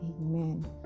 Amen